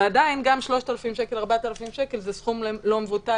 ועדיין גם 4,000-3,000 שקל זה סכום לא מבוטל